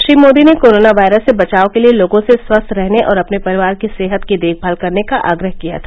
श्री मोदी ने corona virus से बचाव के लिये लोगों से स्वस्थ रहने और अपने परिवार की सेहत की देखभाल करने का आग्रह किया था